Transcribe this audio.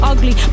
Ugly